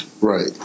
Right